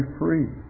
free